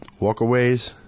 Walkaways